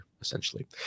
essentially